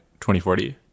2040